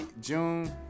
June